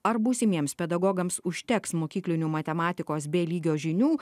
ar būsimiems pedagogams užteks mokyklinių matematikos b lygio žinių